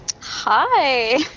Hi